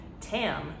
TAM